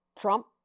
Trump